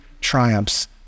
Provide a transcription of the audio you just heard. triumphs